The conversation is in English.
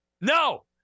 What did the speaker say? No